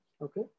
Okay